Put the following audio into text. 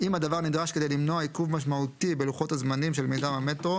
אם הדבר נדרש כדי למנוע עיכוב משמעותי בלוחות הזמנים של מיזם המטרו